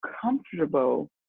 comfortable